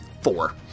four